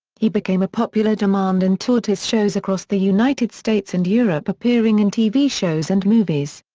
he became a popular demand and toured his shows across the united states and europe appearing in tv shows and movies.